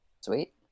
Sweet